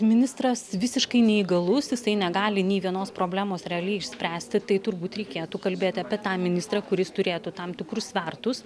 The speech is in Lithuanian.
ministras visiškai neįgalus jisai negali nei vienos problemos realiai išspręsti tai turbūt reikėtų kalbėti apie tą ministrą kuris turėtų tam tikrus svertus